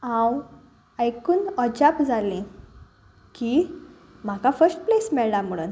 हांव आयकून अजाप जालें की म्हाका फस्ट प्लेस मेळ्ळा म्हणून